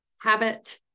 habit